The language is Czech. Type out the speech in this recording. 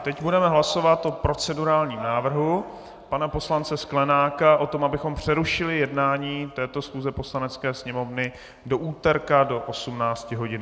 Teď budeme hlasovat o procedurálním návrhu pana poslance Sklenáka, o tom, abychom přerušili jednání této schůze Poslanecké sněmovny do úterka do 18 hodin.